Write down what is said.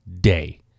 day